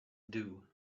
dew